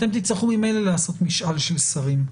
אתם תצטרכו ממילא לעשות משאל של שרים,